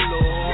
Lord